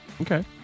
Okay